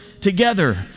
together